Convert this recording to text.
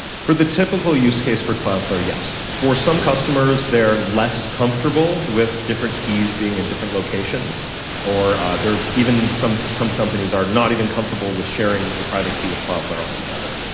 for the typical use case for cloudflare, yes. for some customers, they're less comfortable with different keys being in different locations or there are even some some companies are not even comfortable with sharing a private key with cloudflare altogether.